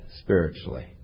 spiritually